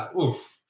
oof